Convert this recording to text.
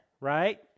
right